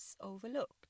overlooked